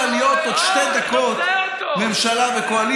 זוחלת מתוך תקווה שאולי יאפשרו לה להיות עוד שתי דקות ממשלה וקואליציה.